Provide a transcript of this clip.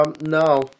no